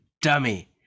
dummy